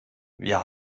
wir